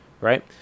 Right